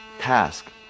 task